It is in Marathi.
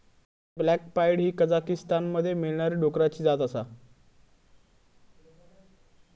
अक्साई ब्लॅक पाईड ही कझाकीस्तानमध्ये मिळणारी डुकराची जात आसा